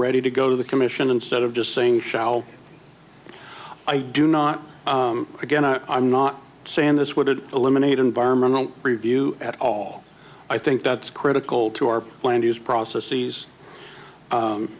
ready to go to the commission instead of just saying shall i do not again i i'm not saying this would eliminate environmental review at all i think that's critical to our land use processe